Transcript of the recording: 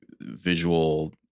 visual